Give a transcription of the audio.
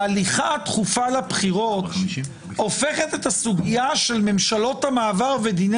ההליכה הדחופה לבחירות הופכת את הסוגיה של ממשלות המעבר ודיני